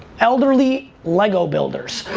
elderly lego builders.